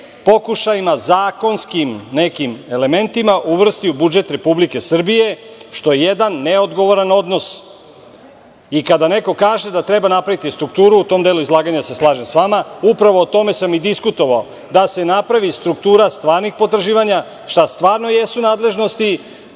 pokušajima, zakonskim elementima, uvrsti u budžet Republike Srbije, što je jedan neodgovoran odnos. Kada neko kaže da treba napraviti strukturu, u tom delu izlaganja se slažem sa vama. Upravo o tome sam i diskutovao – da se napravi struktura stvarnih potraživanja, šta stvarno jesu nadležnosti